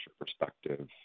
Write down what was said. perspective